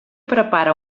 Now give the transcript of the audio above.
prepara